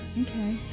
Okay